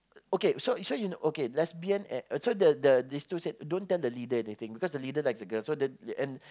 okay so so you know okay lesbian and so the the these two said don't tell the leader anything because the leader likes the girl so the and